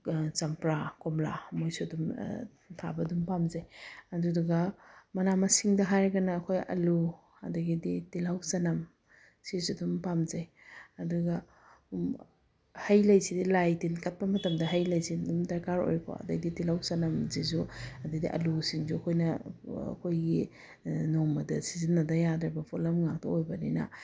ꯆꯝꯄ꯭ꯔꯥ ꯀꯣꯝꯂꯥ ꯃꯣꯏꯁꯨ ꯑꯗꯨꯝ ꯊꯥꯕ ꯑꯗꯨꯝ ꯄꯥꯝꯖꯩ ꯑꯗꯨꯗꯨꯒ ꯃꯅꯥ ꯃꯁꯤꯡꯗ ꯍꯥꯏꯔꯒꯅ ꯑꯩꯈꯣꯏ ꯑꯂꯨ ꯑꯗꯒꯤꯗꯤ ꯇꯤꯜꯍꯧ ꯆꯅꯝ ꯁꯤꯁꯨ ꯑꯗꯨꯝ ꯄꯥꯝꯖꯩ ꯑꯗꯨꯒ ꯍꯩ ꯂꯩꯁꯤꯗꯤ ꯂꯥꯏ ꯇꯤꯜ ꯀꯠꯄ ꯃꯇꯝꯗ ꯍꯩ ꯂꯩꯁꯤ ꯑꯗꯨꯝ ꯗꯔꯀꯥꯔ ꯑꯣꯏꯀꯣ ꯑꯗꯩꯗꯤ ꯇꯤꯜꯍꯧ ꯆꯅꯝꯁꯤꯁꯨ ꯑꯗꯩꯗꯤ ꯑꯂꯨꯁꯤꯡꯁꯨ ꯑꯩꯈꯣꯏꯅ ꯑꯩꯈꯣꯏꯒꯤ ꯅꯣꯡꯃꯗ ꯁꯤꯖꯤꯟꯅꯗ ꯌꯥꯗ꯭ꯔꯕ ꯄꯣꯠꯂꯝ ꯉꯥꯛꯇ ꯑꯣꯏꯕꯅꯤꯅ